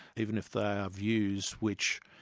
even if they are views which,